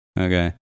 Okay